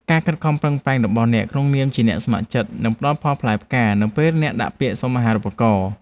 ការខិតខំប្រឹងប្រែងរបស់អ្នកក្នុងនាមជាអ្នកស្ម័គ្រចិត្តនឹងផ្តល់ផលផ្លែផ្កានៅពេលអ្នកដាក់ពាក្យសុំអាហារូបករណ៍។